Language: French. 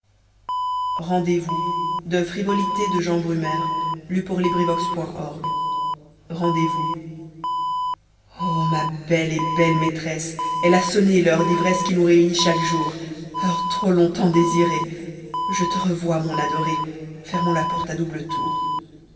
rendez-vous orna belle et belle maîtresse elle a sonné l'heure d'ivresse qui nous réunit chaque jour heure trop longtemps désirée je te revois mon adorée fermons la porte à double tour